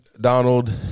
Donald